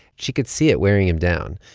she could see it wearing him down.